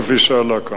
כפי שעלה כאן.